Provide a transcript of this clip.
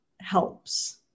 helps